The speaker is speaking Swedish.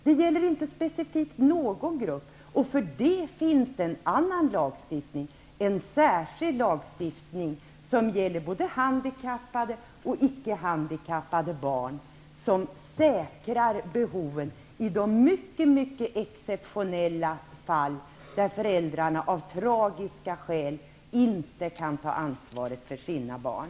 Det gäller inte specifikt någon grupp, och för detta finns det en annan lagstiftning, en särskild lagstiftning som gäller både handikappade och icke handikappade barn och som säkrar behoven i de mycket exeptionella fall då föräldrarna av tragiska skäl inte kan ta ansvaret för sina barn.